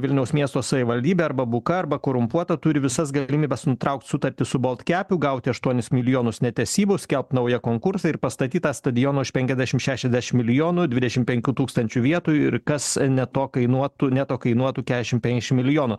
vilniaus miesto savivaldybė arba buka arba korumpuota turi visas galimybes nutraukti sutartį su baltkepu gauti aštuonis milijonus netesybų skelbt naują konkursą ir pastatyt tą stadioną už penkiasdešim šešiasdešim milijonų dvidešim penkių tūkstančių vietų ir kas ne to kainuotų ne to kainuotų keturiasdešim penkiasdešim milijonų